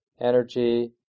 energy